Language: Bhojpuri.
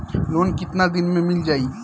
लोन कितना दिन में मिल जाई?